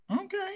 okay